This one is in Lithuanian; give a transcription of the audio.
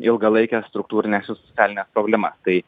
ilgalaikes struktūrines ir socialines problemas tai